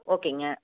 ஓகேங்க